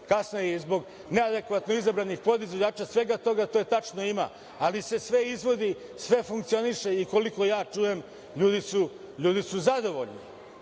kasne i zbog neadekvatno izabranih podizvođača, svega toga, to je tačno, ima, ali se sve izvodi, sve funkcioniše i koliko ja čujem ljudi su zadovoljni. Prema